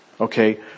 okay